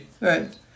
Right